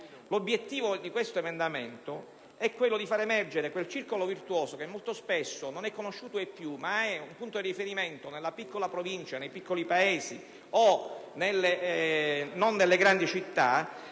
L'obiettivo di tale emendamento è quello di far emergere quel circolo virtuoso che molto spesso non è conosciuto ai più, ma rappresenta un punto di riferimento nella piccola provincia e nei paesi (non nelle grandi città),